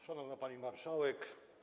Szanowna Pani Marszałek!